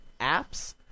apps